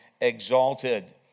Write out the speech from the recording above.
exalted